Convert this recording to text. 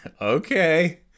okay